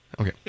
Okay